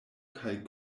kaj